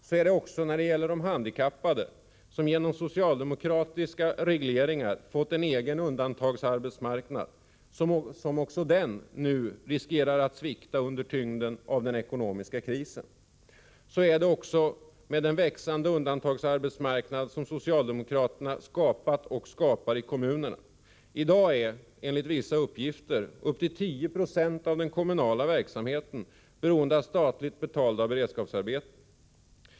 Så är det också när det gäller de handikappade, som genom socialdemokratiska regleringar har fått en egen undantagsarbetsmarknad, som också den nu riskerar att svikta under tyngden av den ekonomiska krisen. Så är det också med en växande undantagsarbetsmarknad som socialdemokraterna har skapat och skapar i kommunerna. I dag är, enligt vissa uppgifter, upp till 1090 av den kommunala verksamheten beroende av statligt betalda beredskapsarbeten.